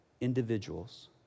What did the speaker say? individuals